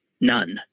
None